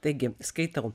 taigi skaitau